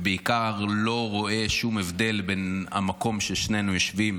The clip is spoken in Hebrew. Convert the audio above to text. ובעיקר לא רואה שום הבדל בין המקום ששנינו יושבים